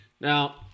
Now